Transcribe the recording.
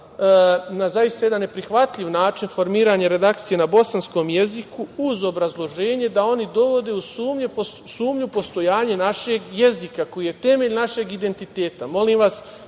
na zaista jedan neprihvatljiv način formiranje redakcije na bosanskom jeziku, uz obrazloženje da oni dovode u sumnju postojanje našeg jezika, koji je temelj našeg identiteta.